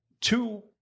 two